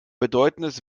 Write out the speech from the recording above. bedeutendes